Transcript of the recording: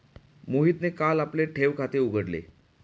मोहितने काल आपले ठेव खाते उघडले